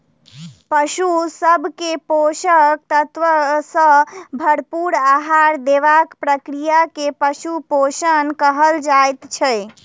पशु सभ के पोषक तत्व सॅ भरपूर आहार देबाक प्रक्रिया के पशु पोषण कहल जाइत छै